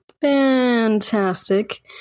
fantastic